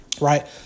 Right